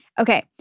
Okay